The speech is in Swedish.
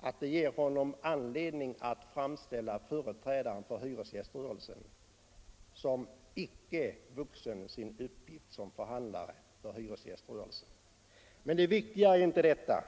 att det ger anledning att framställa företrädaren för hyresgäströrelsen som inte vuxen sin uppgift som förhandlare för denna rörelse. Men det viktiga är inte detta.